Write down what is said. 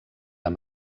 amb